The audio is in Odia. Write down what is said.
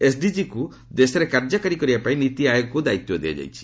ଏସ୍ଡିଜିକୁ ଦେଶରେ କାର୍ଯ୍ୟ କରିବା ପାଇଁ ନୀତି ଆୟୋଗକୁ ଦାୟିତ୍ୱ ଦିଆଯାଇଛି